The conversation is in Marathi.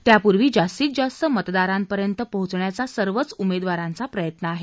त्यापूर्वी जास्तीत जास्त मतदरांपर्यंत पोचवण्याचा सर्वच उमेदवारांचा प्रयत्न आहे